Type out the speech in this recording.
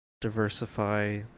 diversify